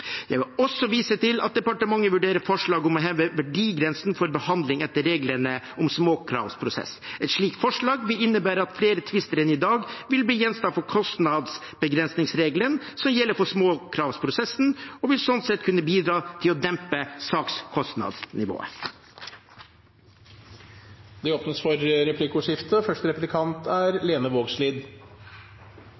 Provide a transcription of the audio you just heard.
Jeg vil også vise til at departementet vurderer forslag om å heve verdigrensen for behandling etter reglene om småkravsprosess. Et slikt forslag vil innebære at flere tvister enn i dag vil bli gjenstand for kostnadsbegrensningsregelen, som gjelder for småkravsprosessen, og vil sånn sett kunne bidra til å dempe sakskostnadsnivået. Det blir replikkordskifte. Ser justisministeren det som ei utfordring for